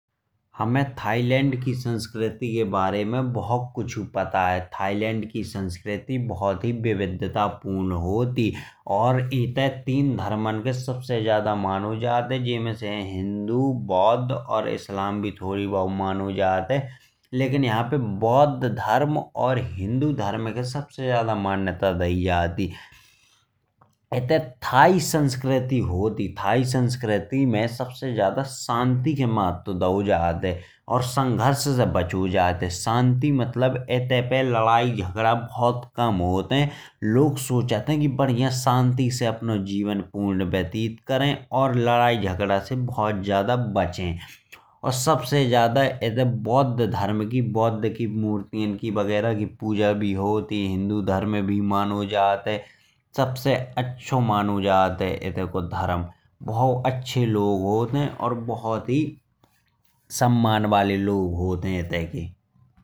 हमे थाईलैंड की संस्कृति के बारे में बहुत कुछु पता है। थाईलैंड की संस्कृति बहुत ही विविधतापूर्ण होती इत्ते पे तीन धर्मन को सबसे ज्यादा मानो जात। हैजई में से है हिन्दु बौध इस्लाम भी थोड़ी बहुत मानो जात है। यहाँ पे बौध और हिन्दु धर्म को सबसे ज्यादा मान्यता दी जात है। यहाँ पे थाई संस्कृति होती है। थाई संस्कृति में सबसे ज्यादा शांति के महत्व दई जात हैऔर संघर्ष से बचो जात ह। शांति मतलब इत्ते पे लड़ाई झगड़ा से बचो जात हैऔर लोग सोचत हैं। कि शांति से जीवन व्यतीत करे और लड़ाई झगड़ा से बचे। यहाँ पे बौध की मूर्ति की पूजा होती है और हिन्दु धर्म भी मानो जात है। सबसे अच्छा मानो जात है इत्ते का धर्म बहुत अच्छे लोग होत है और बहुत ही सम्मान बाले लोग होत है।